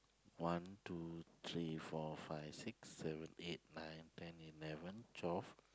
one two three four five six seven eight nine ten eleven twelve